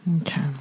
Okay